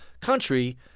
country